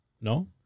no